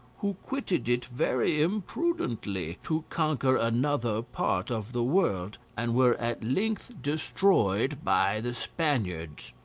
who quitted it very imprudently to conquer another part of the world, and were at length destroyed by the spaniards.